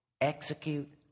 Execute